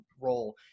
role